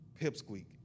pipsqueak